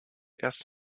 erst